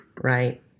Right